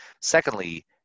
Secondly